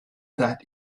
that